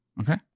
Okay